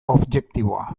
objektiboa